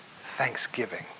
thanksgiving